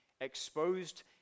exposed